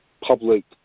public